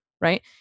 right